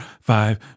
five